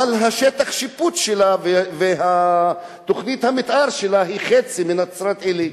אבל שטח השיפוט שלה ותוכנית המיתאר שלה הם חצי מנצרת-עילית.